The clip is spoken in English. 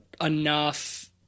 enough